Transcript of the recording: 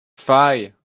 zwei